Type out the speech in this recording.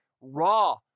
raw